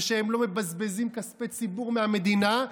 ושהם לא מבזבזים כספי ציבור מהמדינה,